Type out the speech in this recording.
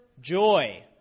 joy